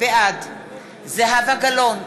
בעד זהבה גלאון,